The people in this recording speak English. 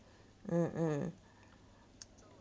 mm mm